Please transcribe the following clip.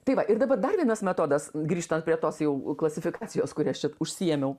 tai va ir dabar dar vienas metodas grįžtant prie tos jau klasifikacijos kuria aš čia užsiėmiau